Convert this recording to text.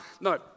No